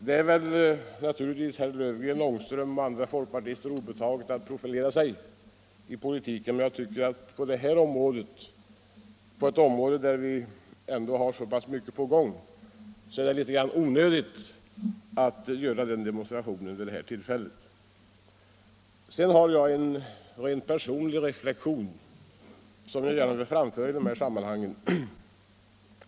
Det är naturligtvis herr Löfgren, herr Ångström och andra folkpartister obetaget att profilera sig, men på detta område där vi har så mycket på gång tycker jag att det är litet onödigt att göra den demonstrationen. Sedan har jag en rent personlig reflexion, som jag gärna vill framföra i detta sammanhang.